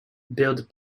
built